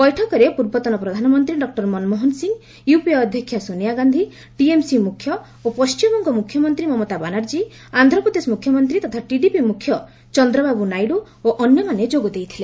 ବୈଠକରେ ପୂର୍ବତନ ପ୍ରଧାନମନ୍ତ୍ରୀ ଡକ୍ଟର ମନମୋହନ ସିଂ ୟୁପିଏ ଅଧ୍ୟକ୍ଷା ସୋନିଆ ଗାନ୍ଧି ଟିଏମ୍ସି ମୁଖ୍ୟ ଓ ପଣ୍ଠିମବଙ୍ଗ ମୁଖ୍ୟମନ୍ତ୍ରୀ ମମତା ବାନାର୍ଜୀ ଆନ୍ଧ୍ରପ୍ରଦେଶ ମୁଖ୍ୟମନ୍ତ୍ରୀ ତଥା ଟିଡିପି ମୁଖ୍ୟ ଚନ୍ଦ୍ରବାବୁ ନାଇଡୁ ଓ ଅନ୍ୟମାନେ ଯୋଗ ଦେଇଥିଲେ